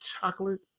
Chocolate